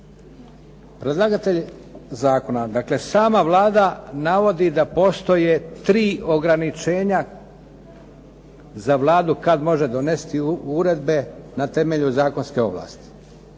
Predlagatelj zakona, dakle sama Vlada navodi da postoje 3 ograničenja za Vladu kad može donijeti uredbe na temelju zakonske ovlasti.